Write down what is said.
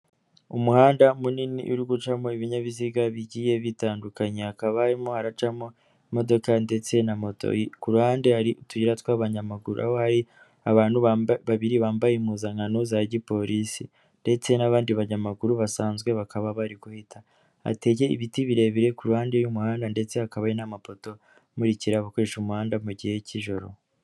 Umuhanda munini uri gucamo ibinyabiziga bigiye bitandukanyekanye, hakaba arimo haracamo imodoka ndetse na moto. Kuhande hari utuyira tw'abanyamaguru, aho hari abantu babiri bambaye impuzankano za gipolisi, ndetse n'abandi banyamaguru basanzwe bakaba bari guhita. Hatege ibiti birebire ku ruhande y'umuhanda ndetse hakaba hari n'amapoto amurikira abakoresha umuhanda mu gihe cy'ijoro.